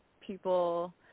people